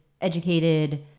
educated